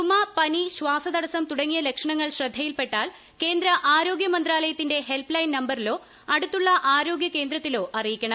ചുമ പനി ശ്വാസതടസം തുടങ്ങിയ ലക്ഷണങ്ങൾ ശ്രദ്ധയിൽപ്പെട്ടാൽ കേന്ദ്ര ആരോഗ്യ മന്ത്രാലയത്തിന്റെ ഹെൽപ്പലൈൻ നമ്പരിലോ അടുത്തുള്ള ആരോഗ്യ കേന്ദ്രത്തിലോ അറിയിക്കണം